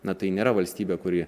na tai nėra valstybė kuri